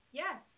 yes